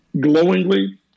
glowingly